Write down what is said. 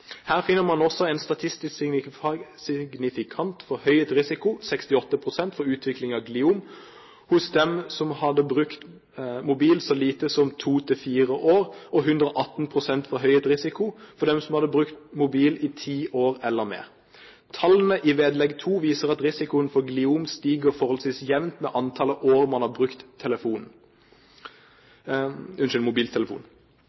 Her finner man også en statistisk signifikant forhøyet risiko, 68 pst., for utvikling av gliom hos dem som hadde brukt mobil så lite som to–fire år, og 118 pst. forhøyet risiko for dem som hadde brukt mobil i ti år eller mer. Tallene i vedlegg 2 viser at risikoen for gliom stiger forholdsvis jevnt med antall år man har brukt